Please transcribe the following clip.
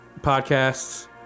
Podcasts